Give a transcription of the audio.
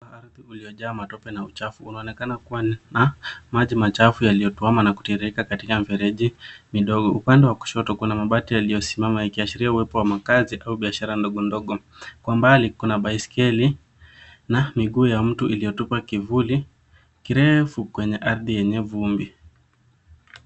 Ardhi uliojaa matope na uchafu unaonekana kuwa na maji machafu yaliyotuama na kutiririka katika mifereji midogo. Upande wa kushoto, kuna mabati yaliyosimama ikiashiria uwepo wa makaazi au biashara ndogo ndogo. Kwa mbali, kuna baiskeli na miguu ya mtu iliyotupa kivuli kirefu kwenye ardhi yenye vumbi.